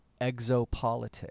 exopolitics